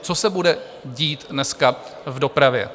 Co se bude dít dneska v dopravě?